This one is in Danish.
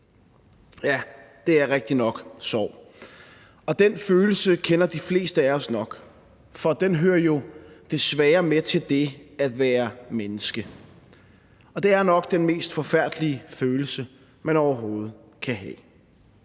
Ja, det er rigtig nok sorg, og den følelse kender de fleste af os nok, for den hører jo desværre med til det at være menneske. Det er nok den mest forfærdelige følelse, man overhovedet kan have.